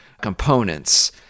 components